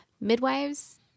Midwives